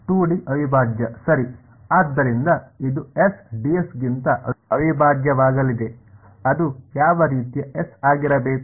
2 D ಅವಿಭಾಜ್ಯ ಸರಿ ಆದ್ದರಿಂದ ಇದು Sds ಗಿಂತ ಅವಿಭಾಜ್ಯವಾಗಲಿದೆ ಅದು ಯಾವ ರೀತಿಯ ಎಸ್ ಆಗಿರಬೇಕು